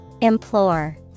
Implore